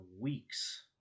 weeks